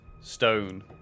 stone